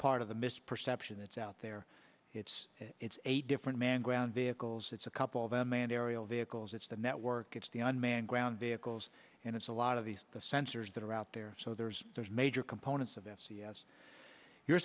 part of the misperception that's out there it's it's a different man ground vehicles it's a couple of them and aerial vehicles it's the network it's the unmanned ground vehicles and it's a lot of these the sensors that are out there so there's there's major components of s c s you